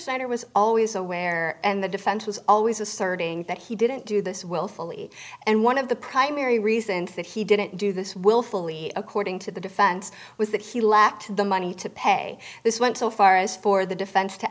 center was always aware and the defense was always asserting that he didn't do this willfully and one of the primary reasons that he didn't do this willfully according to the defense was that he lacked the money to pay this went so far as for the defense to